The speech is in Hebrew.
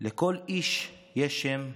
// לכל איש יש שם /